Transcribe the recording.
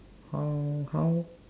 how how